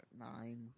nine